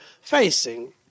facing